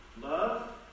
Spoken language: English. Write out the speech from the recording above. Love